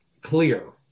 clear